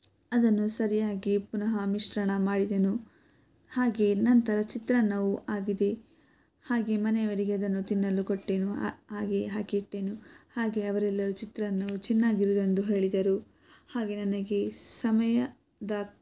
ಅದನ್ನು ಸರಿಯಾಗಿ ಪುನಃ ಮಿಶ್ರಣ ಮಾಡಿದೆನು ಹಾಗೆ ನಂತರ ಚಿತ್ರಾನ್ನವು ಆಗಿದೆ ಹಾಗೆ ಮನೆಯವರಿಗೆ ಅದನ್ನು ತಿನ್ನಲು ಕೊಟ್ಟೆನು ಹಾಗೆ ಹಾಕಿಟ್ಟೆನು ಹಾಗೆ ಅವರೆಲ್ಲರೂ ಚಿತ್ರಾನ್ನವು ಚೆನ್ನಾಗಿರುವುದೆಂದು ಹೇಳಿದರು ಹಾಗೆ ನನಗೆ ಸಮಯದ